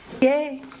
Yay